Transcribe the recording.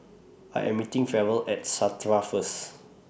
I Am meeting Ferrell At Strata First